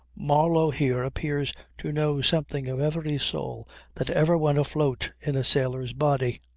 marlow here appears to know something of every soul that ever went afloat in a sailor's body.